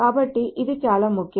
కాబట్టి ఇది చాలా ముఖ్యం